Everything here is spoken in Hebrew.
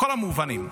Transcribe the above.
בכל המובנים,